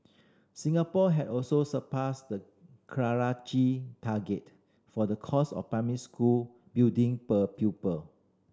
Singapore had also surpassed the Karachi target for the cost of primary school building per pupil